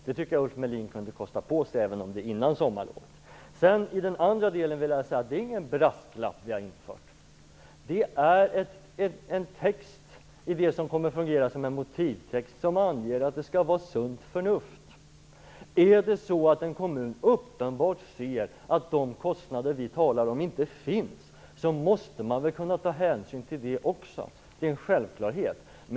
Det tycker jag att Ulf Melin kunde kosta sig att säga redan innan sommarlovet. Det är ingen brasklapp som vi infört. Det är en text i det som kommer att fungera som motivtext som anger att det skall vara sunt förnuft. Är det så att en kommun uppenbart ser att de kostnader som vi talar om inte finns. måste man kunna ta hänsyn till det också. Det är en självklarhet.